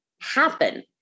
happen